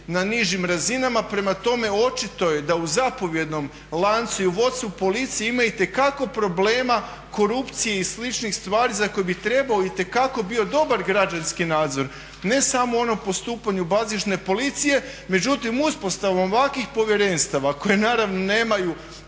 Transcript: na nižim razinama. Prema tome, očito je da u zapovjednom lancu i u vodstvu policije ima itekako problema korupcije i sličnih stvari za koje bi trebao itekako, bio dobar građanski nadzor ne samo u onom postupanju bazične policije. Međutim, uspostavom ovakvih povjerenstava koje naravno nemaju